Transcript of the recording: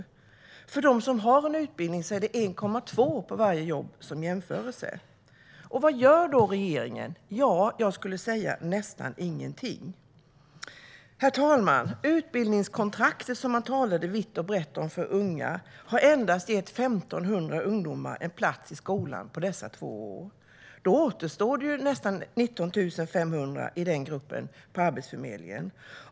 Som jämförelse kan nämnas att för dem som har utbildning går det 1,2 personer per jobb. Vad gör då regeringen? Ja, jag skulle säga att den gör nästan ingenting. Herr talman! Utbildningskontraktet för unga, som man talade vitt och brett om, har gett endast 1 500 ungdomar en plats i skolan under dessa två år. Då återstår alltså nästan 19 500 i den gruppen på Arbetsförmedlingen.